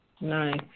Nice